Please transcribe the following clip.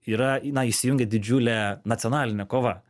yra na įsijungia didžiulė nacionalinė kova